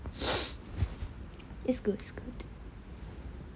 it's good